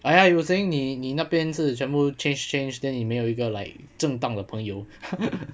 oh ya you were saying 你你那边是全部 change change then 你没有一个 like 正当的朋友